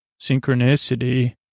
synchronicity